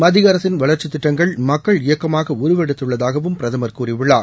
மத்திய அரசின் வளர்ச்சித் திட்டங்கள் மக்கள் இயக்கமாக உருவெடுத்துள்ளதாகவும் பிரதமர் கூறியுள்ளார்